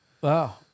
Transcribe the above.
Wow